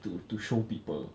to to show people